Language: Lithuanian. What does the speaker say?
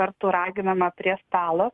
kartų raginama prie stalo